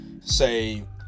say